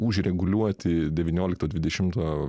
už reguliuoti devyniolikto dvidešimto